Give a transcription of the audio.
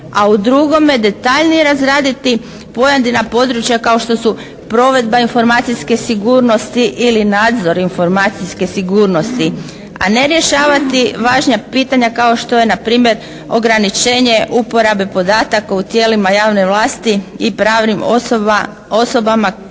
A u drugome detaljnije razraditi pojedina područja kao što su provedba informacijske sigurnosti ili nadzor informacijske sigurnosti? A ne rješavati važna pitanja kao što je npr. ograničenje uporabe podataka u tijelima javne vlasti i pravnim osobama kroz